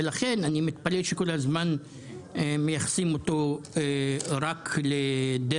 ולכן, אני מתפלא שכול הזמן מייחסים אותו רק לדרעי.